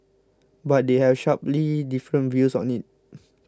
but they have sharply different views on it